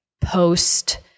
post